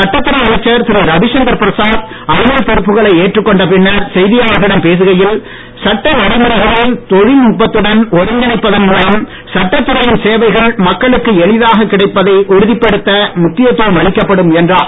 சட்டத்துறை அமைச்சர் திரு ரவிசங்கர் பிரசாத் அலுவல் பொறுப்புகளை ஏற்றுக் கொண்ட பின்னர் செய்தியாளர்களிடம் பேசுகையில் சட்ட நடைமுறைகளை தொழில் நுட்பத்துடன் ஒருங்கிணைப்பதன் மூலம் சட்டத்துறையின் சேவைகள் மக்களுக்கு எளிதாக கிடைப்பதை உறுதிப்படுத்த முக்கித்துவம் அளிக்கப்படும் என்றார்